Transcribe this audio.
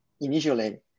initially